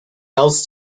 else